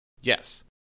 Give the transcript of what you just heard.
Yes